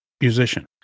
musician